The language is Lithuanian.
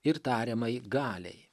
ir tariamai galiai